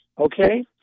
Okay